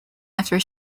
after